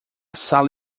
sala